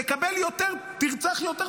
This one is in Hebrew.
תרצח יותר,